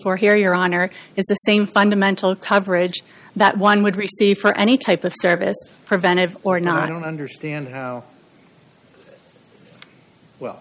for here your honor is the same fundamental coverage that one would receive for any type of service preventive or not i don't understand how well